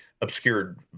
obscured